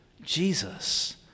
Jesus